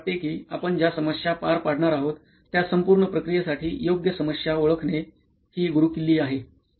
मला वाटते की आपण ज्या समस्या पार पाडणार आहोत त्या संपूर्ण प्रक्रियेसाठी योग्य समस्या ओळखणे ही गुरुकिल्ली आहे